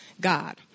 God